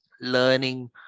learning